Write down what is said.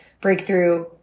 breakthrough